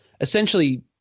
essentially